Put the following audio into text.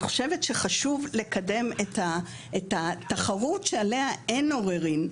אני חושבת שחשוב לקדם את התחרות שעליה אין עוררין,